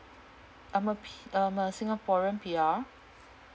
I'm a P I'm a singaporean P_R